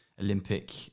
Olympic